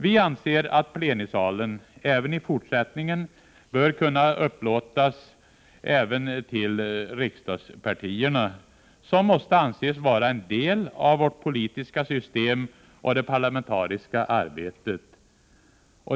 Vi anser att plenisalen också i fortsättningen bör kunna upplåtas även till riksdagspartierna, som måste anses vara en del av vårt politiska system och det parlamentariska arbetet.